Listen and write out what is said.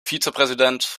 vizepräsident